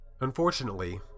unfortunately